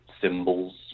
symbols